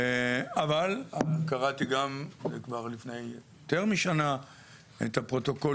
אבל קראתי כבר לפני יותר משנה את הפרוטוקול